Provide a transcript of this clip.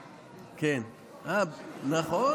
נכון, נכון,